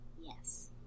Yes